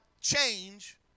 change